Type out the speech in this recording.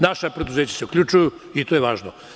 Naša preduzeća se uključuju i to je važno.